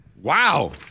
Wow